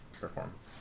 performance